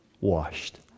washed